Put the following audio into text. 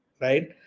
Right